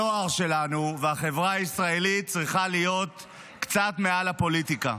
הנוער שלנו והחברה הישראלית צריכים להיות קצת מעל לפוליטיקה.